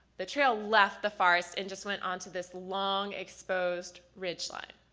the trail left the forest and just went on to this long exposed ridge-line.